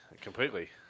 completely